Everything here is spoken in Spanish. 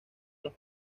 los